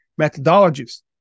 methodologies